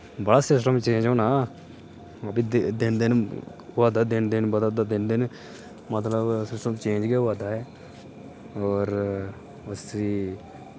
बड़ा system change होना दिन दिन होआ दा दिन दिन बधै दा दिन दिन मतलब सिस्टम चेंज गै होआ दा ऐ होर बस